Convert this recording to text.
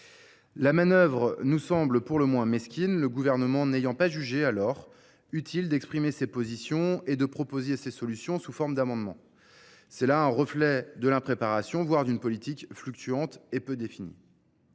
La manœuvre nous semble pour le moins mesquine, le Gouvernement n’ayant pas jugé utile alors d’exprimer ses positions et de proposer ses solutions sous forme d’amendements. Nous y voyons le reflet d’une impréparation, voire d’une politique fluctuante et peu définie…